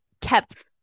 kept